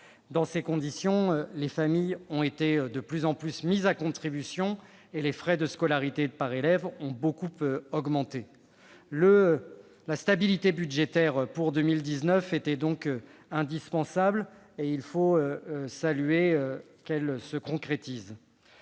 Dans ces conditions, les familles sont de plus en plus mises à contribution et les frais de scolarité par élève ont beaucoup augmenté ces dernières années. La stabilité budgétaire, pour 2019, était donc indispensable. Il faut saluer sa concrétisation.